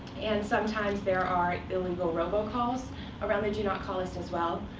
and sometimes there are illegal robocalls around the do not call list as well.